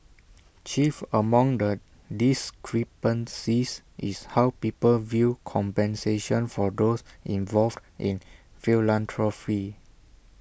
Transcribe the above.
chief among the discrepancies is how people view compensation for those involved in philanthropy